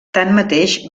tanmateix